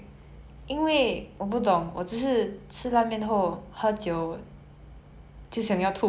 I think okay maybe cause it's too heavy and the beer is too it'll make you bloated